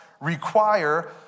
require